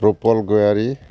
Rupal Gayari